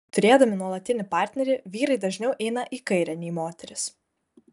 turėdami nuolatinį partnerį vyrai dažniau eina į kairę nei moterys